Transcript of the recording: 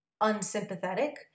unsympathetic